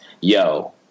yo